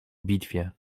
bitwie